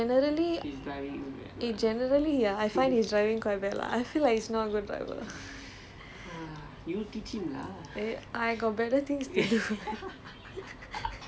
I don't know but generally generally yeah I find his driving quite bad lah I feel like he is not a good driver